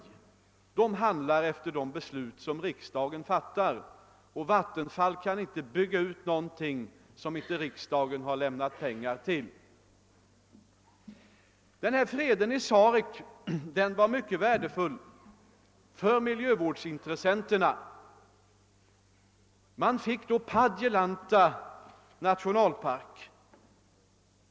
Vattenfall handlar efter de beslut som riksdagen fattar, och Vattenfall kan inte bygga ut någonting som inte riksdagen har lämnat pengar till. Freden i Sarek var mycket värdefull för miljövårdsintressena. Man fick då Padjelanta nationalpark.